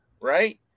right